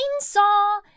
chainsaw